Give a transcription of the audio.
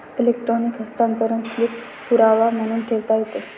electronic हस्तांतरण slip पुरावा म्हणून ठेवता येते